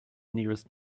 nearest